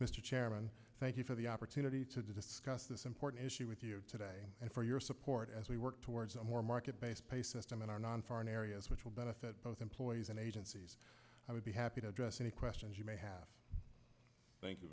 mr chairman thank you for the opportunity to discuss this important issue with you today and for your support as we work towards a more market based pay system in our non foreign areas which will benefit both employees and agencies i would be happy to address any questions you may have thank you